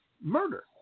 murder